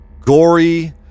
gory